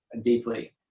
deeply